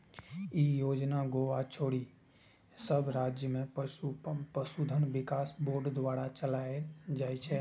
ई योजना गोवा छोड़ि सब राज्य मे पशुधन विकास बोर्ड द्वारा चलाएल जाइ छै